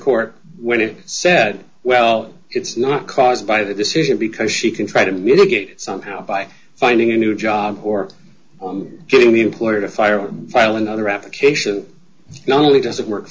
court when it said well it's not caused by the decision because she can try to mitigate it somehow by finding a new job or on getting the employer to fire while another application not only doesn't work